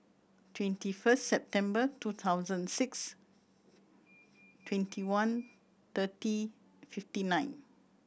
twenty first September two thousand six twenty one thirty fifty nine